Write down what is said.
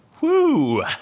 Woo